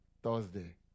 Thursday